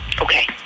Okay